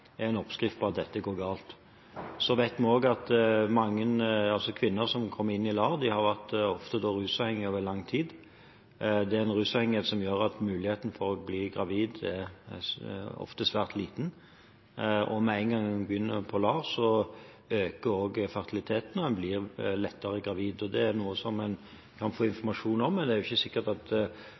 en oppskrift på at dette går galt. Vi vet også at mange kvinner som kommer inn i LAR, ofte har vært rusavhengige over lang tid. Det er en rusavhengighet som gjør at muligheten for å bli gravid ofte er svært liten, og med én gang en begynner på LAR, øker fertiliteten, og en blir lettere gravid – og det er noe som en kan få informasjon om. Det er ikke sikkert at